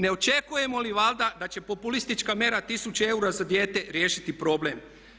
Ne očekujemo li valjda da će populistička mjera 1000 eura za dijete riješiti problem?